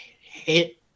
hit